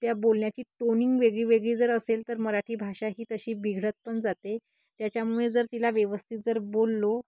त्या बोलण्याची टोनिंग वेगळी वेगळी जर असेल तर मराठी भाषा ही तशी बिघडत पण जाते त्याच्यामुळे जर तिला व्यवस्थित जर बोललो